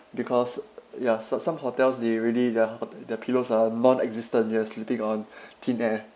because ya so~ some hotels they really the hot~ the pillows are non existent you are sleeping on thin air